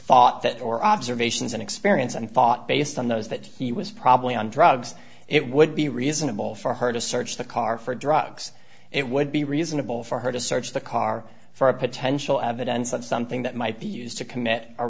thought that or observations and experience and thought based on those that he was probably on drugs it would be reasonable for her to search the car for drugs it would be reasonable for her to search the car for a potential evidence of something that might be used to commit a